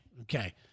Okay